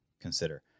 consider